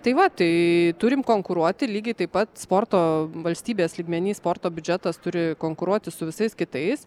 tai va tai turim konkuruoti lygiai taip pat sporto valstybės lygmeny sporto biudžetas turi konkuruoti su visais kitais